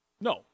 No